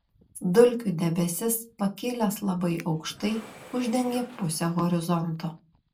dulkių debesis pakilęs labai aukštai uždengia pusę horizonto